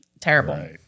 terrible